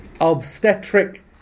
obstetric